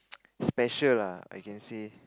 special lah I can say